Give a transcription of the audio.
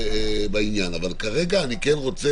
אבל כרגע אני כן רוצה,